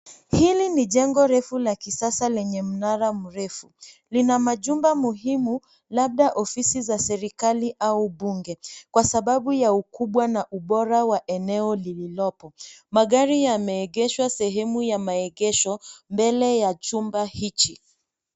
Hili ni jengo refu la kisasa, lenye mnara mrefu. Lina majumba muhimu, labda ofisi za serikali au mbunge, kwa sababu ya ukubwa au ubora wa eneo lilipo. Magari yameegeshwa sehemu ya maegesho mbele ya jengo hichi.